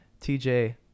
TJ